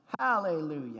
Hallelujah